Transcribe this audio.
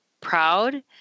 proud